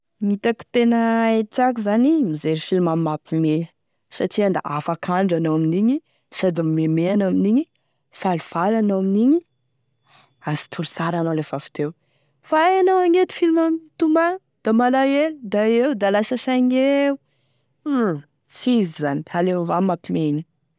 Gn'hitako tena tiako zany mijery film mampihomehy satria da afaka andro anao amin'igny sady mimeme anao amin'igny, falifaly anao amin'igny azo tory sara anao lefa avy teo, fa aia anao nagnenty film mampitomagny da malaelo da eo da lasa saigny eo, sy izy zany fa da aleo avao mampihomehy egny.